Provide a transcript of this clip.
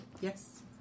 Yes